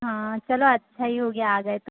हाँ चलो अच्छा ही हो गया आ गए तो